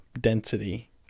density